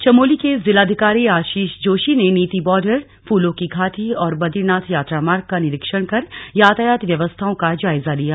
संक्षिप्त समाचार चमोली के जिलाधिकारी आशीष जोशी ने नीति बॉर्डर फूलों की घाटी और बदरीनाथ यात्रा मार्ग का निरीक्षण कर यातायात व्यवस्थाओं का जायजा लिया